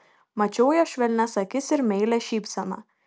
mačiau jo švelnias akis ir meilią šypseną